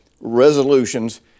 resolutions